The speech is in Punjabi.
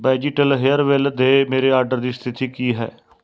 ਬੈਜੀਟਲ ਹੇਅਰਵੈੱਲ ਦੇ ਮੇਰੇ ਆਡਰ ਦੀ ਸਥਿਤੀ ਕੀ ਹੈ